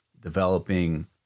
developing